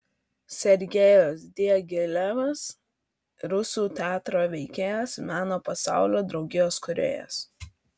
sergejus diagilevas rusų teatro veikėjas meno pasaulio draugijos kūrėjas